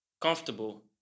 comfortable